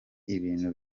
ibintu